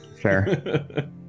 Fair